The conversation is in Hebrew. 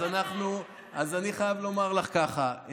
אז אני חייב לומר לך כך: